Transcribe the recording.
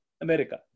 America